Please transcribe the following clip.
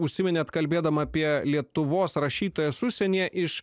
užsiminėt kalbėdama apie lietuvos rašytojas užsienyje iš